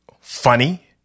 funny